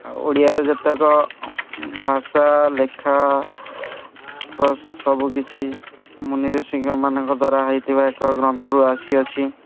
ଓଡ଼ିଆର ଯେତକ ଭାଷା ଲେଖା ପ୍ଲସ୍ ସବୁକିଛି ମୁନି ଋଷିଙ୍କମାନଙ୍କ ଦ୍ୱାରା ହୋଇଥିବା ଏକ ଗ୍ରନ୍ଥରୁ ଆସିଅଛି